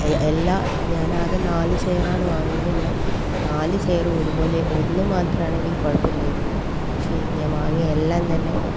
എല്ലാ ഞാൻ ആകെ നാല് ചെയറാണ് വാങ്ങിയത് എന്നാൽ നാല് ചെയറും ഒരുപോലെ ഒന്ന് മാത്രം ആണെങ്കിലും കുഴപ്പമില്ലായിരുന്നു പക്ഷെ ഞാൻ വാങ്ങിയ എല്ലാം തന്നെ